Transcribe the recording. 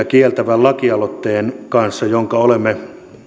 kieltävän lakialoitteen kanssa jonka olemme